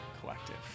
Collective